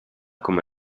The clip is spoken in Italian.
come